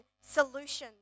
solutions